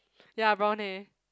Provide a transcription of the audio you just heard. ya brown hair